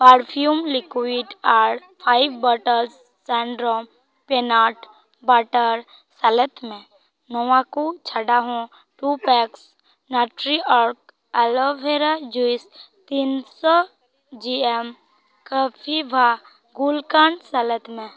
perfume liquid ᱟᱨ five bottles ᱥᱮᱱᱰᱨᱚᱢ peanut butter ᱥᱮᱞᱮᱫ ᱢᱮ ᱱᱚᱣᱟ ᱠᱚ ᱪᱷᱟᱰᱟ ᱦᱚᱸ ᱴᱩ ᱯᱮᱠᱥ ᱱᱟᱴᱨᱤ ᱟᱨ ᱮᱞᱳᱵᱷᱮᱨᱟ ᱡᱩᱥ ᱛᱤᱥ ᱥᱚ ᱡᱤ ᱮᱢ ᱠᱟᱯᱤᱵᱷᱟ ᱜᱩᱞ ᱠᱷᱟᱱ ᱥᱮᱞᱮᱫ ᱢᱮ